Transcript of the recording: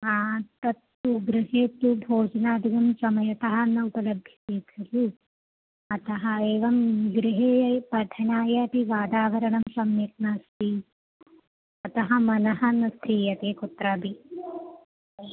हा तत्तु गृहे तु भोजनादिकं समयतः न उपलभ्यते खलु अतः एवं गृहे पठनाय यदि वातावरणं सम्यक् नास्ति अतः मनः न स्थीयते कुत्रापि